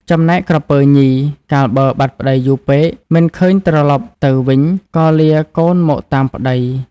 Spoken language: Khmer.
ចំណែកក្រពើញី កាលបើបាត់ប្ដីយូរពេក មិនឃើញត្រឡប់ទៅវិញ ក៏លាកូនមកតាមប្ដី ។